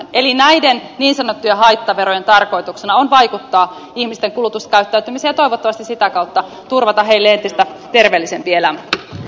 eli näiden niin sanottujen haittaverojen tarkoituksena on vaikuttaa ihmisten kulutuskäyttäytymiseen ja toivottavasti sitä kautta turvata heille entistä terveellisempi elämä